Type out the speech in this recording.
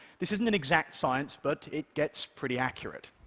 this isn't an exact science, but it gets pretty accurate.